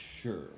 sure